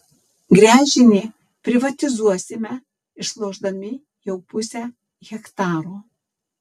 gręžinį privatizuosime išlošdami jau pusę hektaro